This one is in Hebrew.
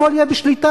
הכול יהיה בשליטה,